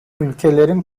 ülkelerin